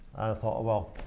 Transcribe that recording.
thought, well,